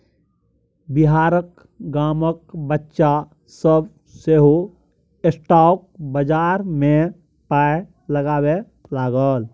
बिहारक गामक बच्चा सभ सेहो स्टॉक बजार मे पाय लगबै लागल